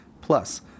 plus